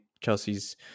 Chelsea's